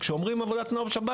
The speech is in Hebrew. כשאומרים: עבודת נוער בשבת,